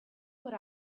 what